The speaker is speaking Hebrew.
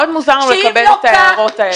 מאוד מוזר לקבל את ההערות האלה.